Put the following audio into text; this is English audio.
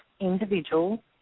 individual